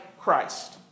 Christ